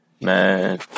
man